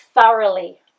thoroughly